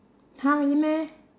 !huh! really meh